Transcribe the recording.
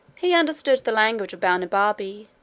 he understood the language of balnibarbi,